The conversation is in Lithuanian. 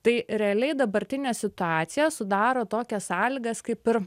tai realiai dabartinė situacija sudaro tokias sąlygas kaip ir